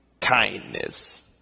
kindness